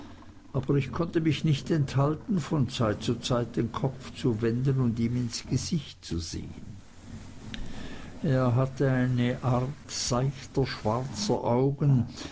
aber ich konnte mich nicht enthalten von zeit zu zeit den kopf zu wenden und ihm ins gesicht zu sehen er hatte jene art seichter schwarzer augen